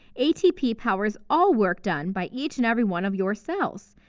atp powers all work done by each and every one of your cells,